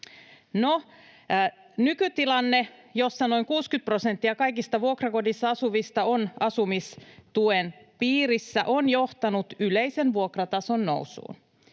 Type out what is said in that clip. nykytilanne, jossa noin 60 prosenttia kaikista vuokrakodissa asuvista on asumistuen piirissä, on johtanut yleisen vuokratason nousuun.